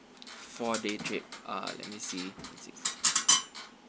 four day trip uh let me see six